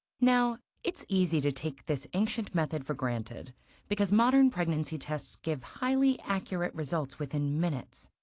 now it's easy to take this ancient method for granted because modern pregnancy tests give highly accurate results within minutes.